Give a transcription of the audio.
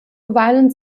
ovalen